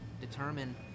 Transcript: determine